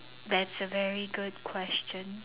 that's a very good question